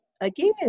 again